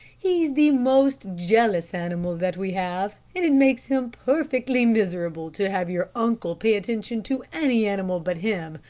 he's the most jealous animal that we have, and it makes him perfectly miserable to have your uncle pay attention to any animal but him.